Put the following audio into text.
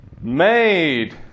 made